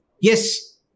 Yes